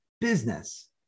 business